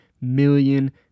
million